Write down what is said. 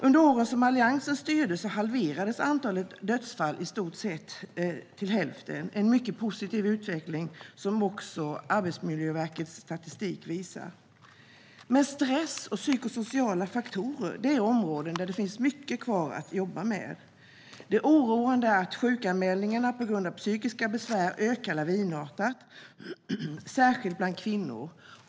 Under de år Alliansen styrde halverades i stort sett antalet dödsfall. Det är en mycket positiv utveckling, som också Arbetsmiljöverkets statistik visar. När det gäller stress och psykosociala faktorer är det dock områden där det finns mycket kvar att jobba med. Det är oroande att sjukanmälningarna på grund av psykiska besvär ökar lavinartat särskilt bland kvinnor.